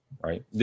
right